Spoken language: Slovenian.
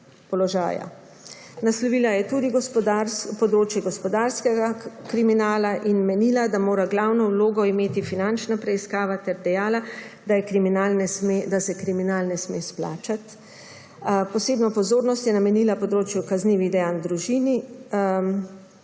položaja. Naslovila je tudi področje gospodarskega kriminala in menila, da mora glavno vlogo imeti finančna preiskava, ter dejala, da se kriminal ne sme splačati. Posebno pozornost je namenila področju kaznivih dejanj v družini.